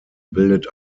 bildet